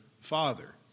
father